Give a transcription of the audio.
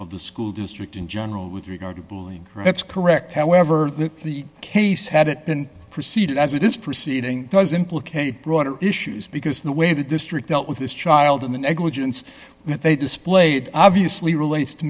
of the school district in general with regard to bullying that's correct however that the case had it then proceeded as it is proceeding does implicate broader issues because the way the district dealt with this child in the negligence that they displayed obviously relates to